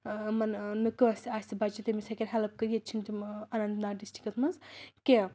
یِمَن نہٕ کٲنٛسہٕ آسہِ بچہِ تِمن ہیٚکن ہیلپ کٔرِتھ ییٚتہِ چھِنہٕ تِم اَننت ناگ ڈسٹرکس منٛز کینٛہہ